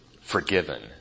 forgiven